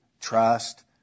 trust